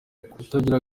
kutagira